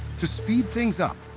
to speed things up,